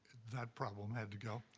that problem had to go,